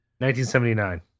1979